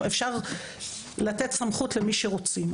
אפשר לתת סמכות למי שרוצים.